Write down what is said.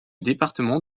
département